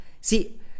See